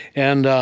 and